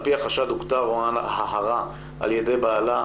על פי החשד הוכתה רואן ההרה על ידי בעלה,